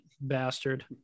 bastard